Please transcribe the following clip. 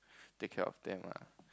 take care of them lah